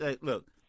look